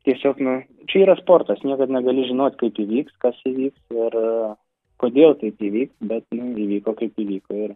tiesiog na čia yra sportas niekad negali žinot kaip įvyks kas įvyks ir kodėl taip įvyks bet įvyko kaip įvyko ir